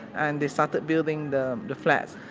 and they started building the the flats.